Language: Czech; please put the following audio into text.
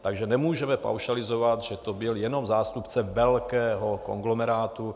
Takže nemůžeme paušalizovat, že to byl jenom zástupce velkého konglomerátu.